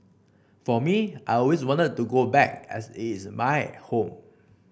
for me I always want to go back as it is my home